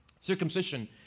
circumcision